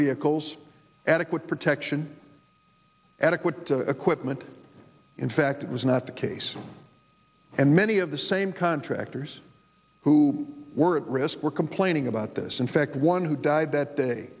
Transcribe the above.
vehicles adequate protection adequate to equipment in fact it was not the case and many of the same contractors who were at risk were complaining about this in fact one who died that day